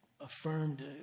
affirmed